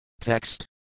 Text